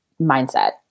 mindset